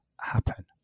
happen